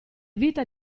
vita